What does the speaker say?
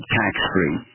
tax-free